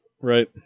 Right